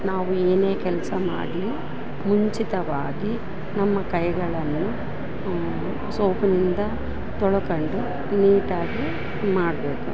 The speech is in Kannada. ನಾವು ಏನೇ ಕೆಲಸ ಮಾಡಲಿ ಮುಂಚಿತವಾಗಿ ನಮ್ಮ ಕೈಗಳನ್ನು ಸೋಪಿನಿಂದ ತೊಳಕಂಡು ನೀಟಾಗಿ ಮಾಡಬೇಕು